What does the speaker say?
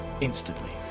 instantly